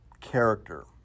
character